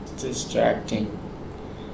Distracting